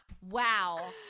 wow